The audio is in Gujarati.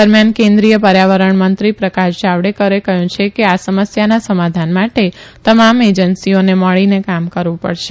દરમિયાન કેન્દ્રીય પર્યાવરણ મંત્રી પ્રકાશ જાવડેકરે કહ્યું છેકે આ સમસ્યાના સમાધાન માટે તમામ એજન્સીઓને મળીને કામ કરવું પડશે